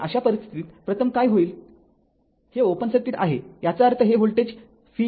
तर अशा परिस्थितीत प्रथम काय होईल हे ओपन सर्किट आहे याचा अर्थ हे व्होल्टेज v होते